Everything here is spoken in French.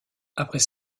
après